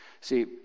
See